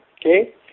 okay